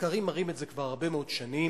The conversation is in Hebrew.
ומחקרים מראים את זה כבר הרבה מאוד שנים,